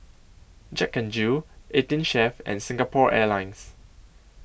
Jack N Jill eighteen Chef and Singapore Airlines